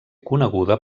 coneguda